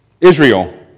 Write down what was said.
Israel